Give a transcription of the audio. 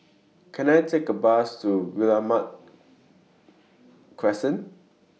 Can I Take A Bus to Guillemard Crescent